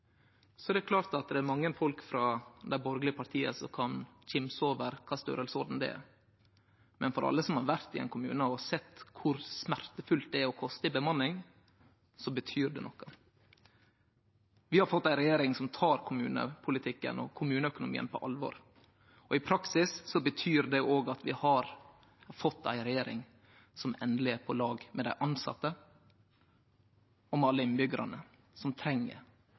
det klart at det er mange folk frå dei borgarlege partia som kan kimse av kva storleiksorden det er. Men for alle som har vore i ein kommune og sett kor smertefullt det er å kutte i bemanning, betyr det noko. Vi har fått ei regjering som tar kommunepolitikken og kommuneøkonomien på alvor. I praksis betyr det òg at vi har fått ei regjering som endeleg er på lag med dei tilsette og med alle innbyggarane som treng